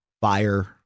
fire